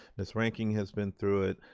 ms. reinking has been through it.